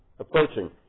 Approaching